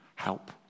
Help